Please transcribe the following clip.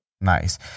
Nice